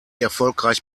erfolgreich